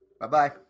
Bye-bye